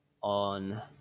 on